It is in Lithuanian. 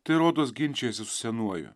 tai rodos ginčijasi su senuoju